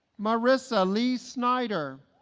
marisa lee snider